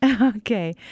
Okay